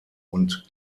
und